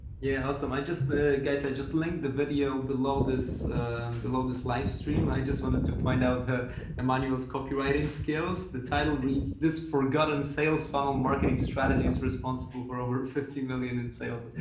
yeah, awesome. i just, guys i just linked the video below this below this livestream. i just wanted to point out emmanuel's copywriting skills, the title reads, this forgotten sales funnel marketing strategies responsible for over fifty million in sales.